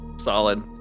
Solid